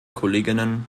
kolleginnen